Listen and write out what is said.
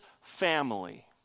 family